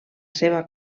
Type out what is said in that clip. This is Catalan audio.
seva